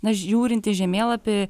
na žiūrint į žemėlapį